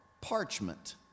parchment